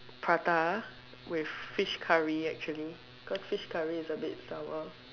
prata with fish curry actually cause fish curry is a bit sour